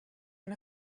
and